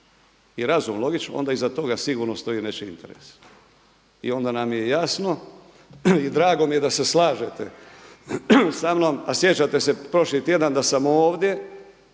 i razum logično onda iza toga sigurno stoji nečiji interes. I onda nam je i jasno i drago mi je da se slažete samnom. A sjećate se prošli tjedan da sam ovdje